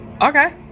okay